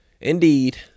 Indeed